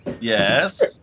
Yes